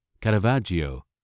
Caravaggio